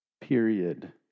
Period